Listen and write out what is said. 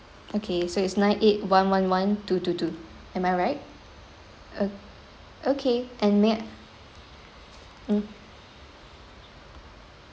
okay so it's nine eight one one one two two two am I right uh okay and may I mm